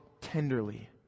tenderly